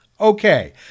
Okay